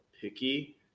picky